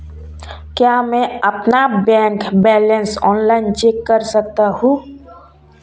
क्या मैं अपना बैंक बैलेंस ऑनलाइन चेक कर सकता हूँ?